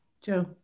Joe